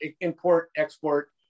import-export